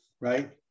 right